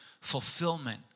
fulfillment